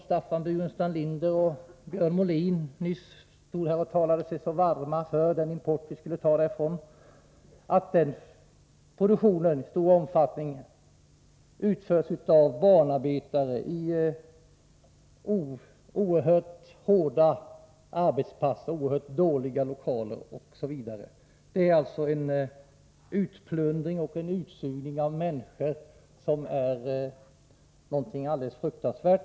Staffan Burenstam Linder och Björn Molin talade sig varma för en import från dessa länder. Vi vet att mycket av denna tekoproduktion utförs av barnarbetare under oerhört hårda arbetspass och i oerhört dåliga lokaler. Det är alltså fråga om en utplundring och en utsugning av människor som är alldeles fruktansvärd.